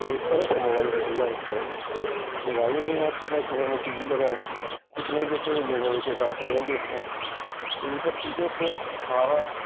एक तरफ मोबाइल की सुविधा एक तरफ मोबाइल नहीं है आपके पास तो घर में टी वी लगा है कुछ नहीं देखेंगे दिनभर बैठ कर कार्टून ही देखना है तो इन सब चीजों से हमारा